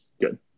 good